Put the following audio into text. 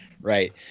Right